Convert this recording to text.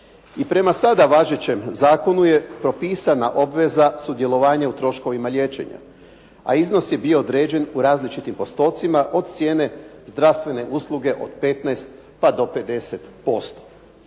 I prema sada važećem zakonu je propisana obveza sudjelovanja u troškovima liječenja, a iznos je bio određen u različitim postotcima od cijene zdravstvene usluge od 15 pa do 50%.